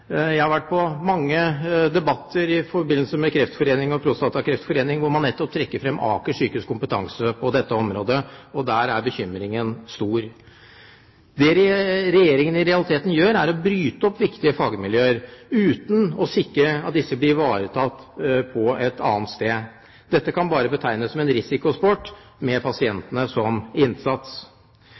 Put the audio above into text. Jeg har vært på mange debatter med Kreftforeningen og Prostatakreftforeningen hvor man nettopp trekker fram Aker sykehus' kompetanse på dette området – og der er bekymringen stor. Det Regjeringen i realiteten gjør, er å bryte opp viktige fagmiljøer uten å sikre at disse blir ivaretatt et annet sted. Dette kan bare betegnes som en risikosport med pasientene som innsats.